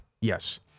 Yes